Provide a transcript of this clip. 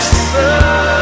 sun